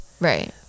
Right